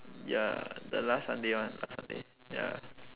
ya the last Sunday one last Sunday ya